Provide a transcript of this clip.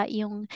yung